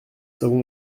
savons